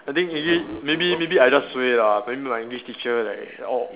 I think maybe maybe maybe I just suay lah maybe my English teacher like all